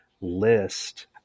list